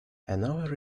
another